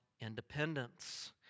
independence